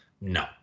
No